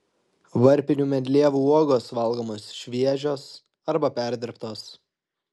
varpinių medlievų uogos valgomos šviežios arba perdirbtos